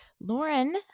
Lauren